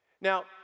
Now